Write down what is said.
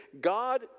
God